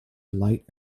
light